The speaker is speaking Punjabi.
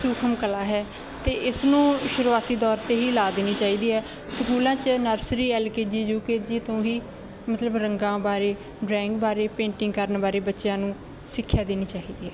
ਸੂਖਮ ਕਲਾ ਹੈ ਅਤੇ ਇਸਨੂੰ ਸ਼ੁਰੂਆਤੀ ਦੌਰ 'ਤੇ ਹੀ ਲਾ ਦੇਣੀ ਚਾਹੀਦੀ ਹੈ ਸਕੂਲਾਂ 'ਚ nursery L K G U K G ਤੋਂ ਹੀ ਮਤਲਬ ਰੰਗਾਂ ਬਾਰੇ ਡਰਾਇੰਗ ਬਾਰੇ ਪੇਂਟਿੰਗ ਕਰਨ ਬਾਰੇ ਬੱਚਿਆਂ ਨੂੰ ਸਿੱਖਿਆ ਦੇਣੀ ਚਾਹੀਦੀ ਹੈ